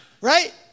right